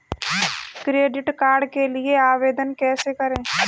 Credit card के लिए आवेदन कैसे करें?